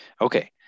Okay